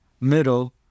middle